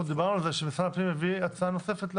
אנחנו דיברנו על זה שמשרד הפנים יביא הצעה נוספת,